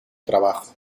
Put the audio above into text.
trabajo